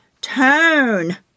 turn